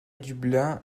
dublin